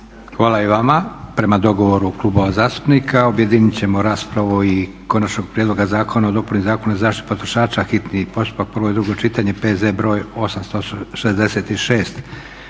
Hvala i vama. Prema dogovoru klubova zastupnika objedinit ćemo raspravu o: - Konačni prijedlog Zakona o dopuni Zakona o zaštiti potrošača, hitni postupak, prvo i drugo